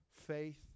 faith